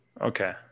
okay